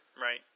Right